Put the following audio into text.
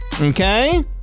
Okay